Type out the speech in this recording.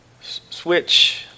switch